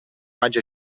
maig